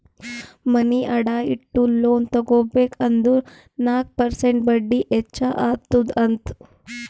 ಮನಿ ಅಡಾ ಇಟ್ಟು ಲೋನ್ ತಗೋಬೇಕ್ ಅಂದುರ್ ನಾಕ್ ಪರ್ಸೆಂಟ್ ಬಡ್ಡಿ ಹೆಚ್ಚ ಅತ್ತುದ್ ಅಂತ್